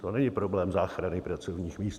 To není problém záchrany pracovních míst.